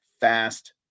fast